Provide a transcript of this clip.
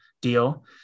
deal